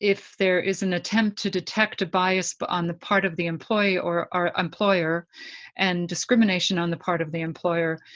there is an attempt to detect a bias but on the part of the employee or or employer and discrimination on the part of the employer,